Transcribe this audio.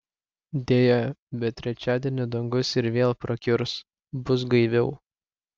deja bet trečiadienį dangus ir vėl prakiurs bus gaiviau